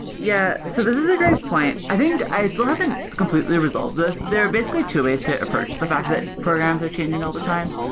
yeah. so this i a great point. i think i still haven't completely resolved this. there are basically two ways to approach the fact that programs are changing all the time.